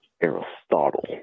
Aristotle